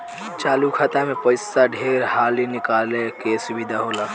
चालु खाता मे पइसा ढेर हाली निकाले के सुविधा होला